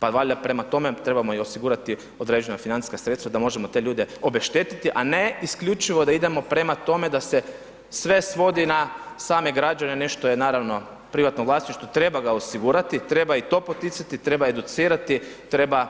Pa valjda prema tome trebamo i osigurati određena financijska sredstva da možemo te ljude obeštetiti, a ne isključivo da idemo prema tome da se sve svodi na same građane, nešto je naravno privatno vlasništvo, treba ga osigurati, treba i to poticati, treba educirati, treba